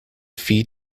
fee